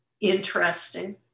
interesting